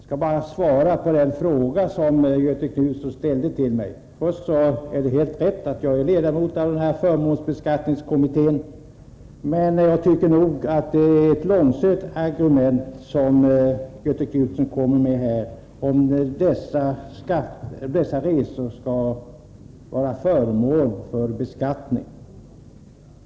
Herr talman! Jag skall bara svara på den fråga som Göthe Knutson ställde till mig. Det är helt rätt att jag är ledamot av förmånsbeskattningskommittén, men jag tycker nog att det är ett långsökt argument som Göthe Knutson kommer med — om att resor som överlåts skall göras till föremål för beskattning.